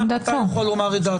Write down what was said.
אתה יכול לומר את דעתך.